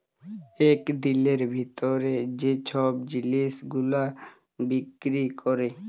ইক দিলের ভিতরে যে ছব জিলিস গুলা বিক্কিরি ক্যরে